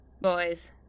Boys